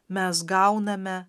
mes gauname